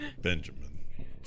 Benjamin